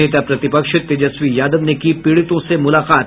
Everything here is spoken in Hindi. नेता प्रतिपक्ष तेजस्वी यादव ने की पीड़ितों से मुलाकात